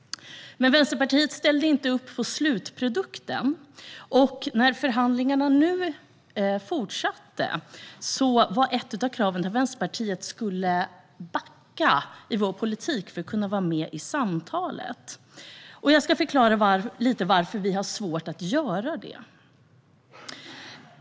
Men Vänsterpartiet ställde inte upp på slutprodukten, och när förhandlingarna nu fortsatte var ett av kraven att Vänsterpartiet skulle backa i sin politik för att kunna vara med i samtalet. Jag ska förklara lite varför vi har svårt att göra det.